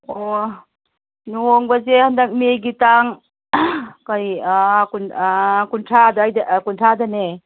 ꯑꯣ ꯂꯨꯍꯣꯡꯕꯁꯦ ꯍꯟꯗꯛ ꯃꯦꯒꯤ ꯇꯥꯡ ꯀꯔꯤ ꯀꯨꯟꯊ꯭ꯔꯥ ꯑꯗꯥꯏꯗ ꯀꯨꯟꯊ꯭ꯔꯥꯗꯅꯦ